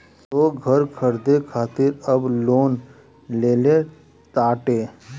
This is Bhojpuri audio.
लोग घर खरीदे खातिर अब लोन लेले ताटे